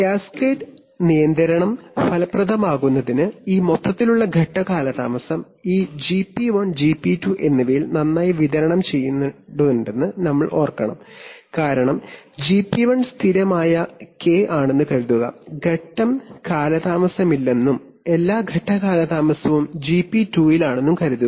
cascade നിയന്ത്രണം ഫലപ്രദമാകുന്നതിന് ഈ മൊത്തത്തിലുള്ള ഘട്ടം കാലതാമസം ഈ ജിപി 1 ജിപി 2 എന്നിവയിൽ നന്നായി വിതരണം ചെയ്യേണ്ടതുണ്ടെന്ന് ഞങ്ങൾ ഓർക്കണം കാരണം ജിപി 1 സ്ഥിരമായ കെ ആണെന്ന് കരുതുക ഘട്ടം കാലതാമസമില്ലെന്നും എല്ലാ ഘട്ട കാലതാമസവും ജിപി 2 ലാണെന്നും കരുതുക